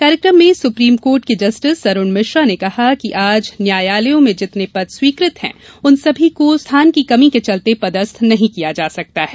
कार्यकम में supreme court के जस्टिस अरुण मिश्रा ने कहा कि आज न्यायालयों में जितने पद स्वीकृत हैं उन सभी को स्थान की कमी के चलते पदस्थ नहीं किया जा सकता है